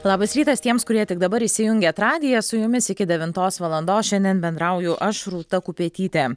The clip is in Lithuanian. labas rytas tiems kurie tik dabar įsijungėt radiją su jumis iki devintos valandos šiandien bendrauju aš rūta kupetytė